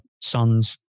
son's